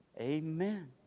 Amen